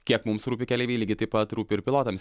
kiek mums rūpi keleiviai lygiai taip pat rūpi ir pilotams